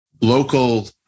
local